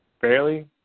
fairly